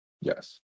Yes